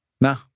no